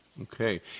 Okay